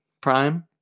Prime